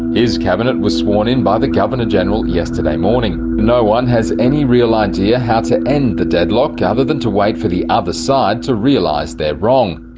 his cabinet was sworn in by the governor general yesterday morning. no one has any real idea how to end the deadlock other than to wait for the other side to realise they're wrong.